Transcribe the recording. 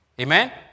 Amen